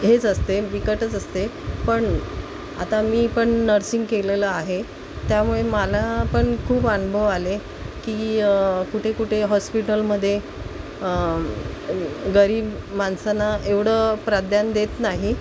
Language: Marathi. हेच असते बिकटच असते पण आता मी पण नर्सिंग केलेलं आहे त्यामुळे मला पण खूप अनुभव आले की कुठे कुठे हॉस्पिटलमध्ये गरीब माणसांना एवढं प्राधान्य देत नाही